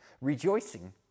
Rejoicing